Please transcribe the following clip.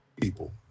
people